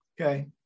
okay